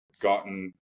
gotten